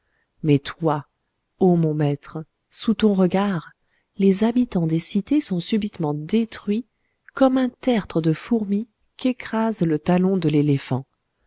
mais toi ô mon maître sous ton regard les habitants des cités sont subitement détruits comme un tertre de fourmis qu'écrase le talon de l'éléphant